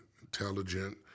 intelligent